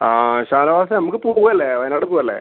ആ ഷാനവാസേ നമുക്ക് പോവല്ലേ വയനാട് പോവല്ലേ